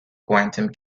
quantum